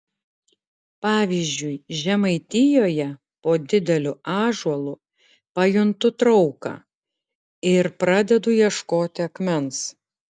pavyzdžiui žemaitijoje po dideliu ąžuolu pajuntu trauką ir pradedu ieškoti akmens